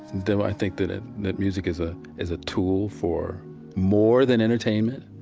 do i think that it that music is a is a tool for more than entertainment?